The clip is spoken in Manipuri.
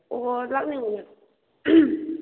ꯑꯣ